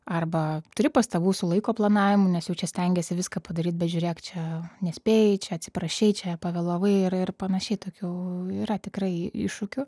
arba turi pastabų su laiko planavimu nes jau čia stengiesi viską padaryt bet žiūrėk čia nespėjai čia atsiprašei čia pavėlavai yra ir panašiai tokių yra tikrai iššūkių